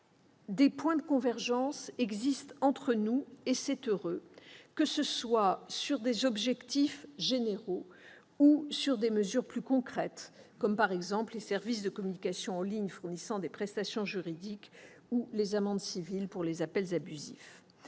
des points de convergence existent entre nous, et c'est heureux, que ce soit sur des objectifs généraux ou sur des mesures concrètes. Je pense notamment aux services de communication en ligne fournissant des prestations juridiques ou aux amendes civiles pour les appels abusifs.